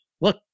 look